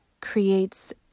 creates